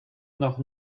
noch